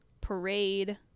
parade